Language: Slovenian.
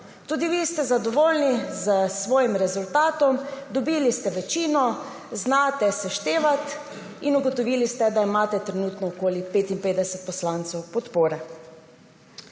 Tudi vi ste zadovoljni s svojim rezultatom, dobili ste večino, znate seštevati in ugotovili ste, da imate trenutno okoli 55 poslancev podpore.